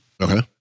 Okay